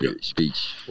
speech